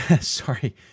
Sorry